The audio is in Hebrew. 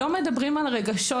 לא מדברים על רגשות.